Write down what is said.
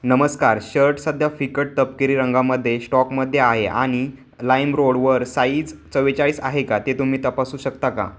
नमस्कार शर्ट सध्या फिकट तपकिरी रंगामध्ये श्टॉकमध्ये आहे आणि लाईमरोड वर साईज चव्वेचाळीस आहे का ते तुम्ही तपासू शकता का